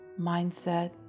Mindset